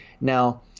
Now